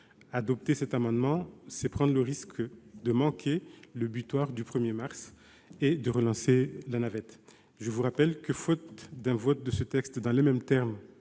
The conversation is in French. Adopter cet amendement, c'est prendre le risque de manquer la date butoir du 1 mars et de relancer la navette. Je rappelle que, faute d'un vote de ce texte dans les mêmes termes